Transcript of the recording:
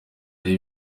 ari